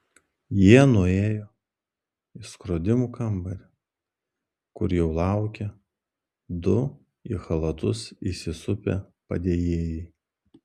jie nuėjo į skrodimų kambarį kur jau laukė du į chalatus įsisupę padėjėjai